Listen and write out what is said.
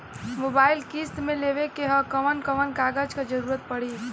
Mobile किस्त मे लेवे के ह कवन कवन कागज क जरुरत पड़ी?